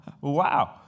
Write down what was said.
Wow